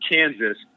Kansas